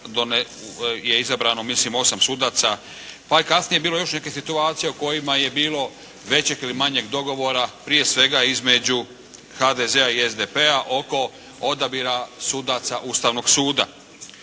je izabrano mislim 8 sudaca. Pa je kasnije bilo još nekih situacija u kojima je bilo većeg ili manjeg dogovora prije svega između HDZ-a i SDP-a oko odabira sudaca Ustavnog suda.